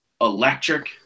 electric